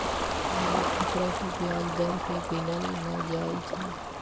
बिनु खतरा के ब्याज दर केँ गिनल न जाइ छइ